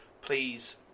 please